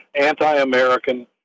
anti-American